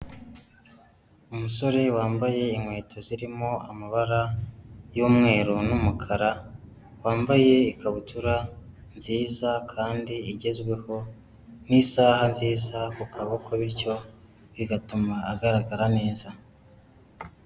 Umusore wambaye inkweto zirimo amabara y'umweru n'umukara, wambaye ikabutura nziza kandi igezweho, n'isaha nziza ku kaboko bityo bigatuma agaragara neza.